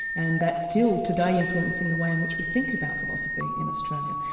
and that's still today, influence in the way in which we think about philosophy in australia.